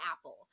apple